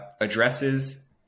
addresses